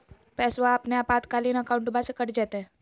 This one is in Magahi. पैस्वा अपने आपातकालीन अकाउंटबा से कट जयते?